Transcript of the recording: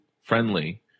friendly